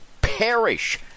perish